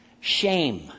shame